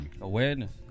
Awareness